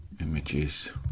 Images